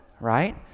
right